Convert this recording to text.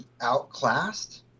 outclassed